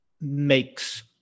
makes